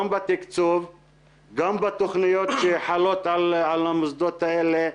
בתקצוב גם בתוכניות שחלות על המוסדות האלה.